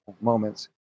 moments